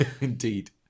Indeed